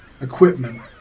equipment